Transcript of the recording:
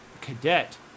cadet